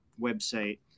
website